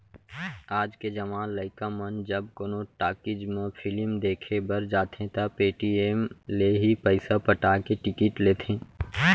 आज के जवान लइका मन जब कोनो टाकिज म फिलिम देखे बर जाथें त पेटीएम ले ही पइसा पटा के टिकिट लेथें